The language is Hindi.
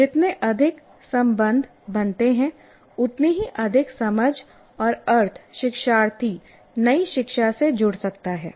जितने अधिक संबंध बनते हैं उतनी ही अधिक समझ और अर्थ शिक्षार्थी नई शिक्षा से जुड़ सकता है